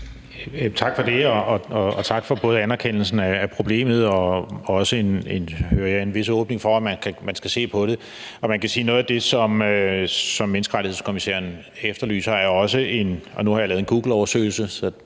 Tak for det, og tak for både erkendelsen af problemet og også, hører jeg, en vis åbning for, at man skal se på det. Man kan sige, at noget af det, som menneskerettighedskommissæren efterlyser, er også – og nu har jeg